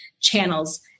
channels